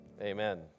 Amen